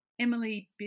Emily